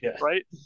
Right